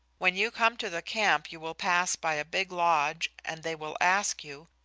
when you come to the camp you will pass by a big lodge and they will ask you,